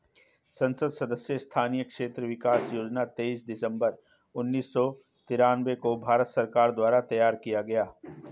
संसद सदस्य स्थानीय क्षेत्र विकास योजना तेईस दिसंबर उन्नीस सौ तिरान्बे को भारत सरकार द्वारा तैयार किया गया